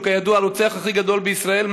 שהוא כידוע הרוצח הכי גדול בישראל.